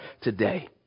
today